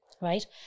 right